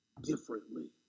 differently